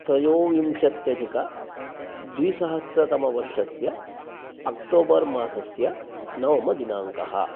त्रयोविंशत्यधिकद्विसहस्रतमवर्षस्य अक्टोबर् मासस्य नवमदिनाङ्कः